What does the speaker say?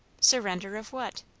surrender of what?